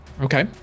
Okay